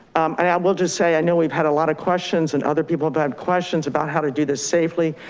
and i um will just say i know we've had a lot of questions and other people have had questions about how to do this safely.